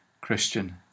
Christian